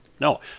No